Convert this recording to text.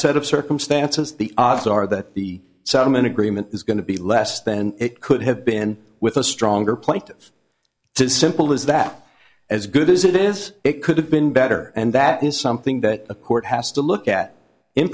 set of circumstances the odds are that the sum and agreement is going to be less than it could have been with a stronger plaintive simple is that as good as it is it could have been better and that is something that a court has to look at in